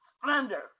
Splendor